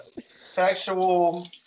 Sexual